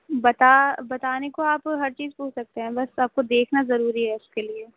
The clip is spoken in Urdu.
بتا بتانے کو آپ ہر چیز پوچھ سکتے ہیں بس آپ کو دیکھنا ضروری ہے اس کے لیے